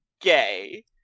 gay